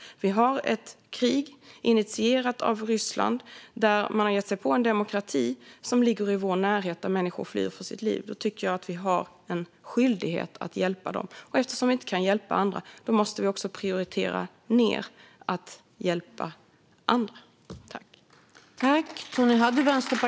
Vi har ett krig initierat av Ryssland där man har gett sig på en demokrati som ligger i vår närhet och där människor flyr för sitt liv. Då tycker jag att vi har en skyldighet att hjälpa dem. Eftersom vi inte kan hjälpa alla måste vi prioritera ned att hjälpa andra.